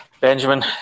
Benjamin